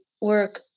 work